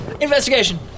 Investigation